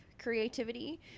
Creativity